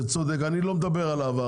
אני לא מדבר על העבר,